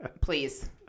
Please